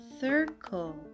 circle